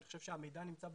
אני חושב שהמידע נמצא במדינה,